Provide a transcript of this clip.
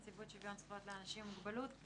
נציבות שוויון זכויות לאנשים עם מוגבלויות.